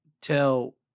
tell